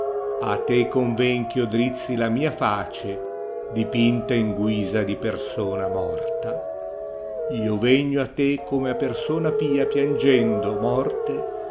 a te conven eh io drizzi la mia face dipinta in guisa di persona morta io vegno a te come a persona pia piangendo morte